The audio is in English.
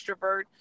extrovert